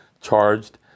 charged